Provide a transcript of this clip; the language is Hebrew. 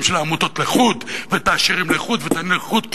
של העמותות ואת העשירים לחוד ואת העניים לחוד,